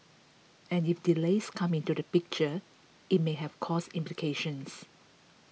and if delays come into the picture it may have cost implications